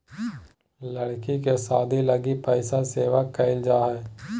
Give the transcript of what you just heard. लड़की के शादी लगी पैसा सेव क़इल जा हइ